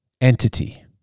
entity